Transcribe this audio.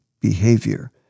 behavior